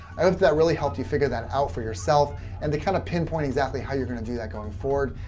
i hope that really helped you figure that out for yourself and to kind of pinpoint exactly how you're going to do that going forward.